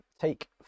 Take